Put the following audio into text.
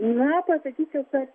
na pasakyčiau kad